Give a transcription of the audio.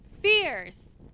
fierce